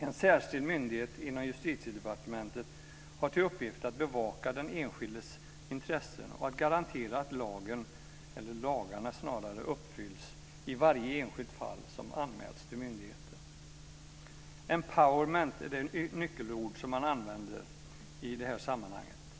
En särskild myndighet inom justitiedepartementet har till uppgift att bevaka den enskildes intressen och att garantera att lagarna uppfylls i varje enskilt fall som anmäls till myndigheten. Empowerment är det nyckelord som man använder i detta sammanhang.